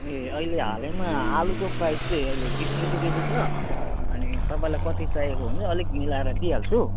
ए अहिले हालैमा आलुको प्राइस चाहिँ अहिले बिस रुपियाँ केजी छ अनि तपाईँलाई कति चाहिएको हुन्छ अलिक मिलाएर दिइहाल्छु